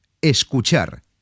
Escuchar